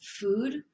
food